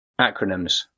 Acronyms